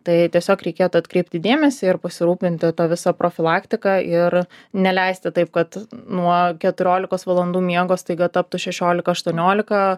tai tiesiog reikėtų atkreipti dėmesį ir pasirūpinti ta visa profilaktika ir neleisti taip kad nuo keturiolikos valandų miego staiga taptų šešiolika aštuoniolika